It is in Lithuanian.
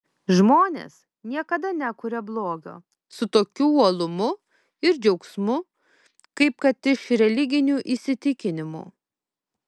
žmonės niekada nekuria blogio su tokiu uolumu ir džiaugsmu kaip kad iš religinių įsitikinimų